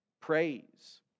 praise